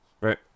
right